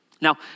Now